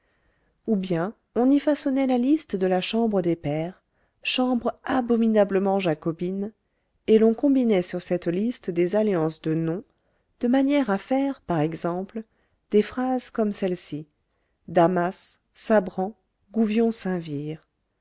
ou bien on y façonnait la liste de la chambre des pairs chambre abominablement jacobine et l'on combinait sur cette liste des alliances de noms de manière à faire par exemple des phrases comme celle-ci damas sabran gouvion